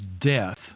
death